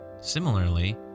Similarly